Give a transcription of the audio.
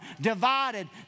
divided